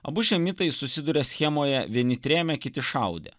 abu šie mitai susiduria schemoje vieni trėmė kiti šaudė